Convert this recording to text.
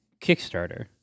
Kickstarter